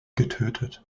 getötet